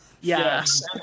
Yes